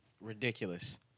ridiculous